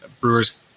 brewers